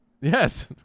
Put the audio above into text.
Yes